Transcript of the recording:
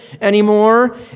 anymore